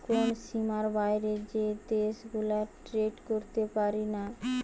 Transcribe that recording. কোন সীমার বাইরে যে দেশ গুলা ট্রেড করতে পারিনা